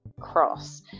cross